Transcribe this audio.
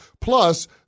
Plus